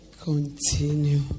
continue